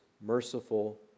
merciful